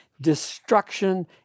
destruction